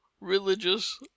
religious